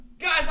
Guys